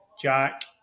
Jack